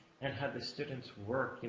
and had the students work, you know